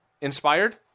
inspired